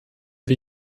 wir